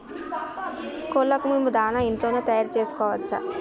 కోళ్లకు మేము దాణా ఇంట్లోనే తయారు చేసుకోవచ్చా?